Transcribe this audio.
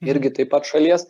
irgi taip pat šalies